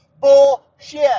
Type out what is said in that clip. Bullshit